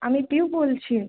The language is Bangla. আমি পিউ বলছি